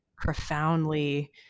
profoundly